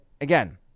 again